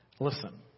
Listen